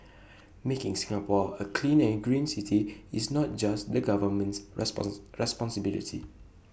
making Singapore A clean and green city is not just the government's response responsibility